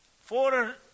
Four